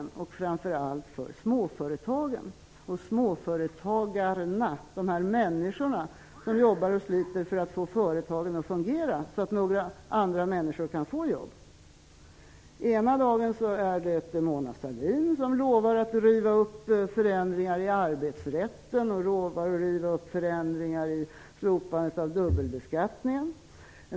Besluten skall framför allt underlätta för småföretagen och småföretagarna, de här människorna som jobbar och sliter för att få företagen att fungera, så att andra människor kan få jobb. Ena dagen är det Mona Sahlin som lovar att riva upp gjorda förändringar vad gäller arbetsrätten och dubbelbeskattningen.